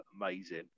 amazing